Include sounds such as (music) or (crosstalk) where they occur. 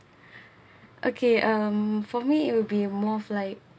(breath) okay um for me it will be more of like